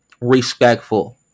respectful